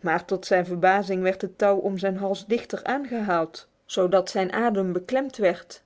maar tot zijn verbazing werd het touw om zijn hals dichter aangehaald zodat zijn adem beklemd werd